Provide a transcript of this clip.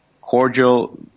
cordial